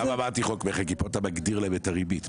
אמרתי חוק מכר כי פה אתה מגדיר להם את הריבית.